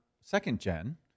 second-gen